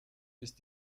ist